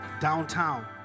downtown